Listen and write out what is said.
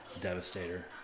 Devastator